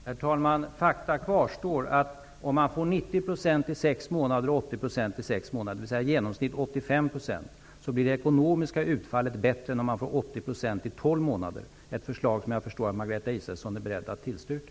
Herr talman! Faktum kvarstår. Om man får 90 % i sex månader och 80 % i sex månader, dvs. i genomsnitt 85 %, blir det ekonomiska utfallet bättre än om man får 80 % i tolv månader, ett förslag som jag förstår att Margareta Israelsson är beredd att tillstyrka.